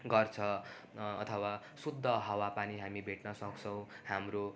गर्छ अथवा शुद्ध हावा पानी हामी भेट्न सक्छौँ हाम्रो